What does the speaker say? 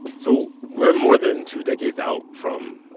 so we're more than two decades out from,